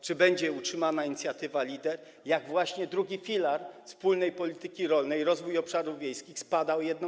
Czy będzie utrzymana inicjatywa Leader, kiedy właśnie II filar wspólnej polityki rolnej, rozwój obszarów wiejskich, spada o 1/4?